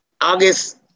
August